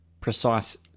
precise